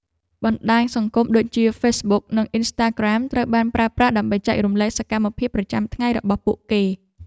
បណ្ដាញសង្គមដូចជាហ្វេសប៊ុកនិងអុីនស្តាក្រាមត្រូវបានប្រើប្រាស់ដើម្បីចែករំលែកសកម្មភាពប្រចាំថ្ងៃរបស់ពួកគេ។